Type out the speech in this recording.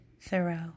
Thoreau